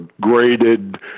graded